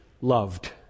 loved